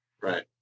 right